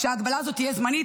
שההגבלה הזאת תהיה זמנית,